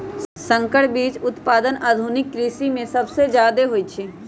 संकर बीज उत्पादन आधुनिक कृषि में सबसे जादे होई छई